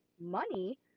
money